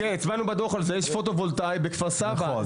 לדוגמה יש פוטו וולטאי בכפר סבא,